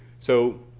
so,